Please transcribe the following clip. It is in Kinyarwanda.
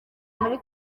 muri